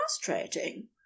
frustrating